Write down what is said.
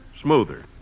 smoother